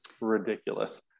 Ridiculous